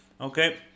okay